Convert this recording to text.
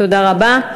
תודה רבה.